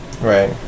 Right